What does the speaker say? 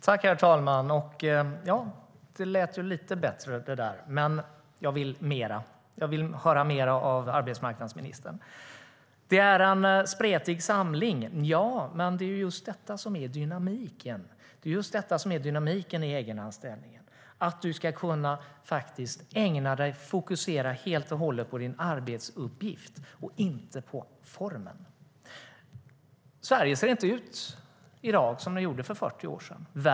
Herr talman! Det där lät lite bättre, Ylva Johansson, men jag vill mer. Jag vill höra mer av arbetsmarknadsministern. Det är en "spretig samling". Ja, men det är just detta som är dynamiken i egenanställningen. Du ska kunna ägna dig åt och helt och hållet fokusera på din arbetsuppgift och inte på formen. Sverige ser inte ut i dag som det gjorde för 40 år sedan.